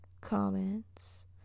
comments